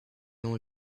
only